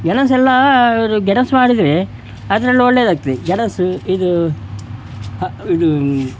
ಗೆಣಸೆಲ್ಲ ಇದು ಗೆಣಸು ಮಾಡಿದರೆ ಅದ್ರಲ್ಲಿ ಒಳ್ಳೆಯದಾಗ್ತದೆ ಗೆಣಸು ಇದೂ ಹ ಇದೂ